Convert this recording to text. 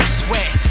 sweat